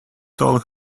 told